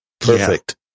Perfect